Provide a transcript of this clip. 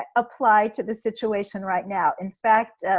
ah apply to the situation right now. in fact,